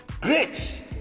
Great